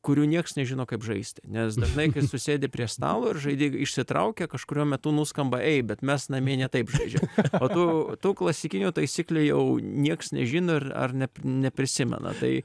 kurių nieks nežino kaip žaisti nes dažnai kai susėdi prie stalo ir žaidėjai išsitraukia kažkuriuo metu nuskamba ei bet mes namie ne taip žaidžia o tų tų klasikinių taisyklių jau nieks nežino ir ar nep neprisimena tai